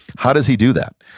how does he do that?